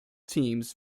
teams